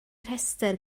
rhestr